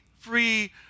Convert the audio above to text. Free